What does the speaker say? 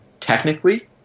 technically